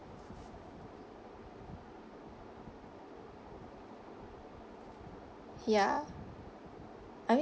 ya I mean